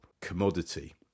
commodity